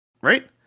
right